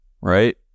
right